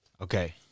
okay